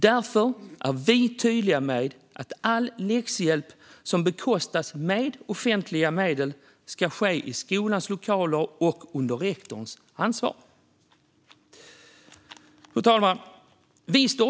Därför är vi tydliga med att all läxhjälp som bekostas med offentliga medel ska ges i skolans lokaler och under rektorns ansvar. Fru talman!